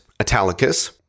Italicus